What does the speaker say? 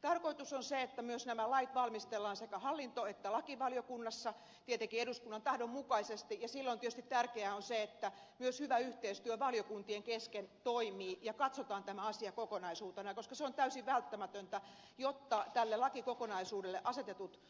tarkoitus on se että myös nämä lait valmistellaan sekä hallinto että lakivaliokunnassa tietenkin eduskunnan tahdon mukaisesti ja silloin tietysti tärkeää on se että myös hyvä yhteistyö valiokuntien kesken toimii ja katsotaan tämä asia kokonaisuutena koska se on täysin välttämätöntä jotta tälle lakikokonaisuudelle asetetut